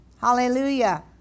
Hallelujah